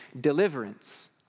deliverance